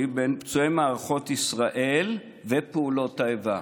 בין פצועי מערכות ישראל ופעולות האיבה.